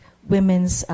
women's